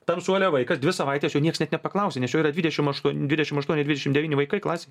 tam suole vaikas dvi savaites jo nieks net nepaklausė nes jau yra dvidešimt aštuo dvidešimt aštuoni dvidešimt devyni vaikai klasėj